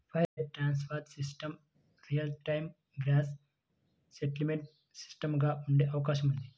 wire transfer సిస్టమ్లు real time gross settlement సిస్టమ్లుగా ఉండే అవకాశం ఉంది